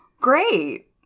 Great